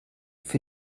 für